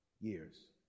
years